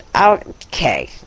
Okay